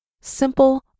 simple